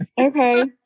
Okay